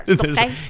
Okay